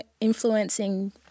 influencing